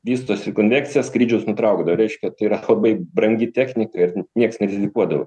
vystosi konvekcija skrydžius nutraukdavo reiškia tai yra labai brangi technika ir nieks nerizikuodavo